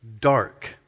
dark